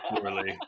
poorly